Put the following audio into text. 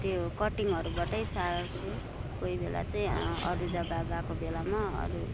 त्यो कटिङहरूबाटै सार्छु कोही बेला चाहिँ अरू जग्गा गएको बेलामा अरू